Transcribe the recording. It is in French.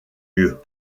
lieux